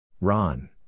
Ron